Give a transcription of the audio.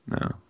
no